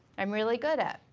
i'm really good at,